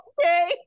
Okay